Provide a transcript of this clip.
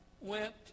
went